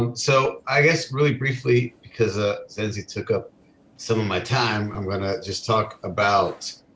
um so i guess really briefly because ah zazi took up some of my time, i'm gonna just talk about